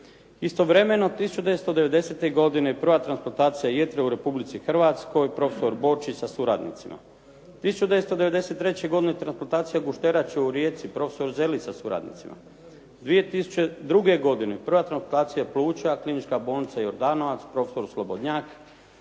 Istovremeno, 1990. godine prva transplantacija jetre u Republici Hrvatskoj, profesor Boči sa suradnicima. 1993. godine transplantacija gušterače u Rijeci, profesor Zelić sa suradnicima. 2002. godine prva transplantacija pluća, Klinička bolnica Jordanovac, profesor Slobodnjak.